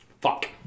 Fuck